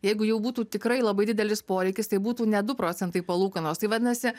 jeigu jau būtų tikrai labai didelis poreikis tai būtų ne du procentai palūkanos tai vadinasi